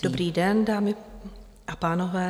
Dobrý den, dámy a pánové.